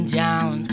down